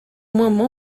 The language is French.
néanmoins